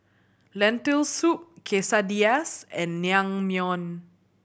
Lentil Soup Quesadillas and Naengmyeon